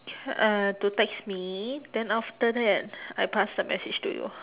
t~ uh to text me then after that I pass the message to you